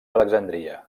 alexandria